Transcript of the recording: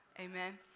Amen